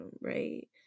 right